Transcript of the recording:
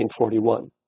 1941